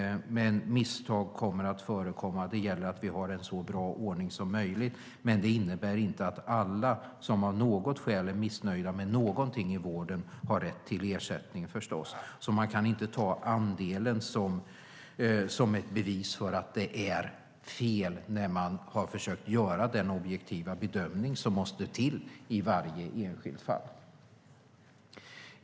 Misstag kommer att förekomma. Det gäller att ha en så bra ordning som möjligt, men det innebär förstås inte att alla som av något skäl är missnöjda med någonting i vården har rätt till ersättning. Man kan alltså inte ta andelen som ett bevis för att det är fel när man har försökt göra den objektiva bedömning som måste till i varje enskilt fall.